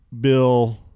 Bill